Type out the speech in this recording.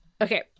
Okay